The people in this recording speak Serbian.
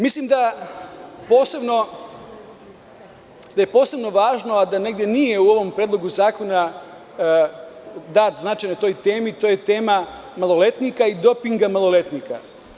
Mislim da je posebno važno, a da nije u Predlogu zakona dat značaj toj temi, to je tema maloletnika i dopinga maloletnika.